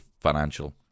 financial